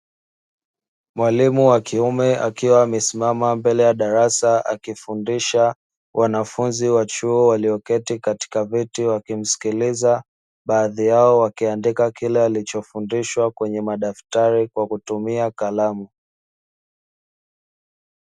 Mwalimu wa kiume akiwa amesimama mbele ya darasa akifundisha wanafunzi wa chuo, walioketi katika viti wakimsikiliza, baadhi yao wakiandika kile alichofundishwa kwenye madaktari kwa kutumia kalamu.